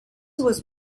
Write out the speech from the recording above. was